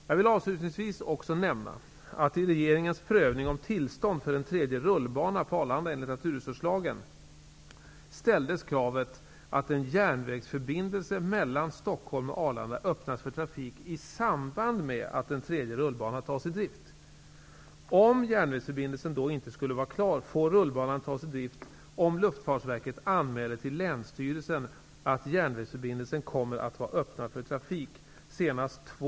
Jag vill avslutningsvis också nämna att i regeringens prövning om tillstånd för en tredje rullbana på